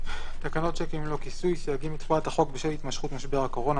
תקנות שיקים ללא כיסוי (סייגים לתחולת החוק בשל התמשכות משבר חקורונח)